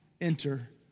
enter